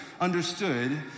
understood